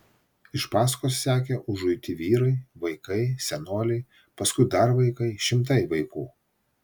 iš paskos sekė užuiti vyrai vaikai senoliai paskui dar vaikai šimtai vaikų